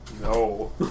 No